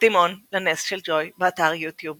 קדימון לנס של ג'וי, באתר יוטיוב